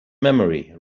memory